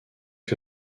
que